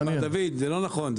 דוד, זה לא נכון.